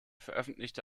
veröffentlichte